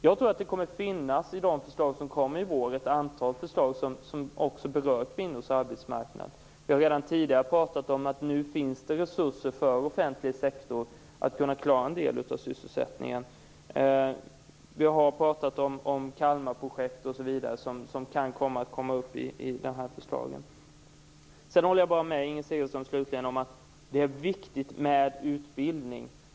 Jag tror att det i de förslag som läggs fram i vår kommer att finnas ett antal som berör också kvinnors arbetsmarknad. Vi har redan tidigare talat om att det nu finns resurser för offentlig sektor för att klara en del av sysselsättningen. Vi har också pratat om Kalmarprojektet och annat som kan komma upp i de här förslagen. Jag håller slutligen bara med Inger Segelström om att det är viktigt med utbildning.